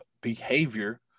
behavior